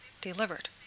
delivered